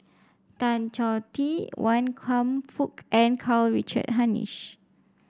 Tan Choh Tee Wan Kam Fook and Karl Richard Hanitsch